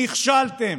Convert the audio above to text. נכשלתם.